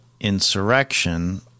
insurrection